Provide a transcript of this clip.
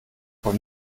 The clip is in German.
von